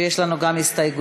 ויש לנו גם הסתייגויות.